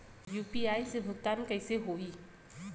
UPI से भुगतान कइसे होहीं?